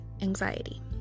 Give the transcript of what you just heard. anxiety